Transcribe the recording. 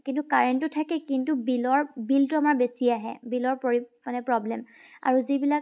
কিন্তু কাৰেণ্টটো থাকে কিন্তু বিলৰ বিলটো আমাৰ বেছি আহে বিলৰ পৰি মানে প্ৰব্লেম আৰু যিবিলাক